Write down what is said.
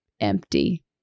empty